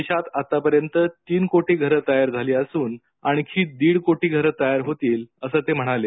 देशात आतापर्यंत तीन कोटी घरं तयार झाली असुन आणखी दीड कोटी घरं तयार होतील असं ते म्हणाले